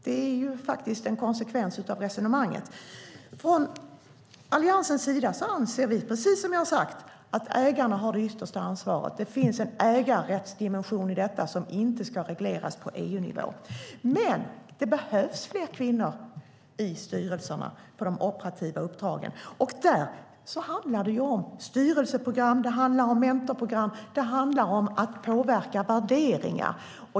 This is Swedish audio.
Det är faktiskt en konsekvens av resonemanget. Från Alliansens sida anser vi, precis som vi har sagt, att ägarna har det yttersta ansvaret. Det finns en ägarrättsdimension i detta som inte ska regleras på EU-nivå. Det behövs fler kvinnor i styrelserna på de operativa uppdragen. Där handlar det om styrelseprogram, det handlar om mentorprogram och det handlar om att påverka värderingar.